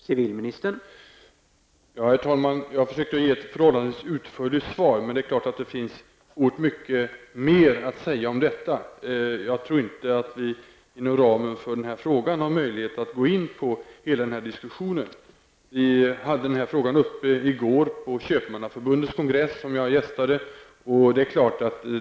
Herr talman! Jag har försökt att ge ett förhållandevis utförligt svar, men det är klart att det finns oerhört mycket mer att säga om detta. Jag tror inte att vi har möjlighet att inom ramen för denna fråga gå in på hela den diskussionen. Denna fråga var uppe till behandling i går på Köpmannaförbundets kongress, som jag gästade.